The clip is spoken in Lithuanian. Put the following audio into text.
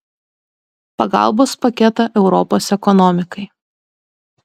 pagalbos paketą europos ekonomikai